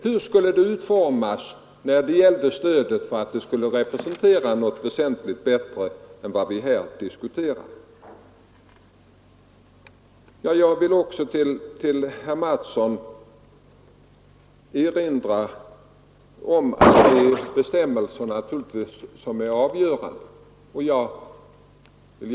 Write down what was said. Hur skall stödet utformas för att representera något väsentligt bättre än vad vi här diskuterar? Sedan, herr Mattsson i Skee, är det naturligtvis bestämmelserna som är avgörande.